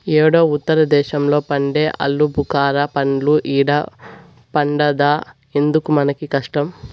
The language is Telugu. యేడో ఉత్తర దేశంలో పండే ఆలుబుకారా పండ్లు ఈడ పండద్దా ఎందుకు మనకీ కష్టం